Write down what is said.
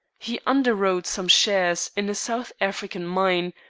he underwrote some shares in a south african mine,